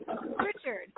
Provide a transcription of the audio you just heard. Richard